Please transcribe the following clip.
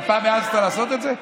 אתה פעם העזת לעשות את זה?